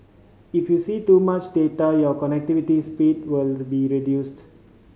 if you see too much data your connectivity speed will be reduced